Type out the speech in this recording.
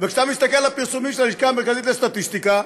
וכשאתה מסתכל על הפרסומים של הלשכה המרכזית לסטטיסטיקה,